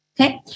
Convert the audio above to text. Okay